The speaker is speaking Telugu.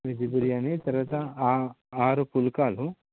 వెజ్ బిర్యానీ తరువాత ఆరు పుల్కాలు